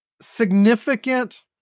significant